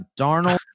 Darnold